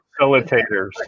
facilitators